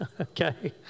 Okay